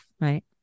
Right